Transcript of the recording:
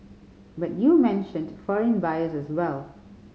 but you mentioned foreign buyers as well